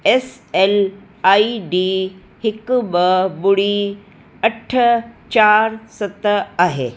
S L ID हिकु ॿ ॿुड़ी अठ चारि सत आहे